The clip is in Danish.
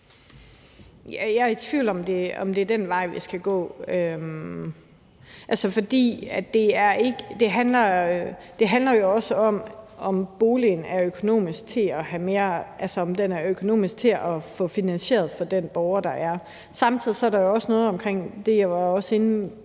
Jeg er i tvivl om, om det er den vej, vi skal gå. For det handler jo også om, om boligen økonomisk set er til at få finansieret for den pågældende borger. Samtidig er der også noget omkring det, jeg også var inde